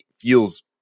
feels